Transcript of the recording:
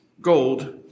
gold